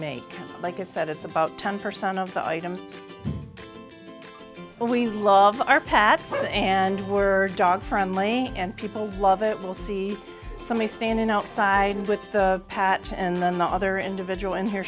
make like it said it's about ten percent of the items but we love our pad and word dog from lane and people love it will see somebody standing outside with the patch and then the other individual in here